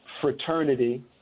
fraternity